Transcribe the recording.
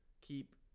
keep